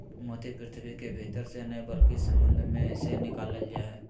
मोती पृथ्वी के भीतर से नय बल्कि समुंद मे से निकालल जा हय